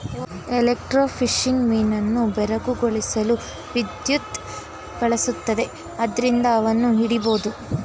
electrofishing ಮೀನನ್ನು ಬೆರಗುಗೊಳಿಸಲು ವಿದ್ಯುತ್ ಬಳಸುತ್ತದೆ ಆದ್ರಿಂದ ಅವನ್ನು ಹಿಡಿಬೋದು